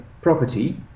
property